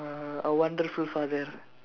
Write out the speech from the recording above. uh a wonderful father